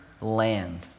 land